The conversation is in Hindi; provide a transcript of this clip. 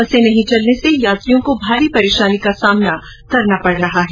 बसें नहीं चलने से यात्रियों को भारी परेशानी का सामना करना पड़ रहा है